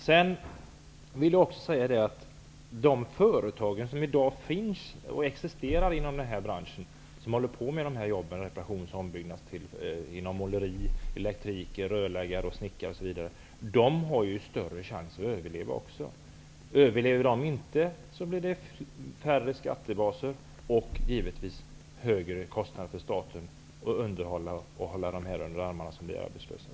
Sedan vill jag också säga att de företag som i dag håller på med reparationer och ombyggnader -- inom måleri, el, rörmokeri, snickare osv. -- på det sättet får större chans att överleva. Överlever de inte, blir det färre skattebaser och givetvis högre kostnader för staten att hålla dem under armarna som blir arbetslösa.